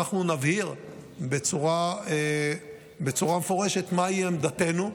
אנחנו נבהיר בצורה מפורשת מהי עמדתנו.